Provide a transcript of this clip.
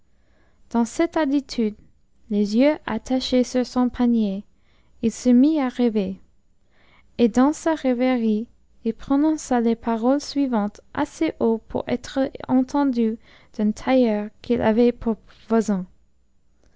dans cette attitude les yeux attachés sur son panier il se mit à rêver et dans sa rêverie il prononça les paroles suivantes assez haut pour être entendu d'un tailleur qu'il avait pour voisin